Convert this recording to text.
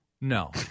no